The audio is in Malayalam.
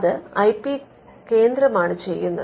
അത് ഐ പി കേന്ദ്രമാണ് ചെയ്യുന്നത്